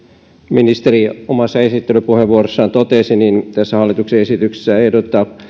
ministeri omassa esittelypuheenvuorossaan totesi tässä hallituksen esityksessä ehdotetaan